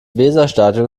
weserstadion